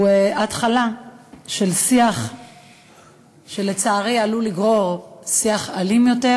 התחלה של שיח שלצערי עלול לגרור שיח אלים יותר,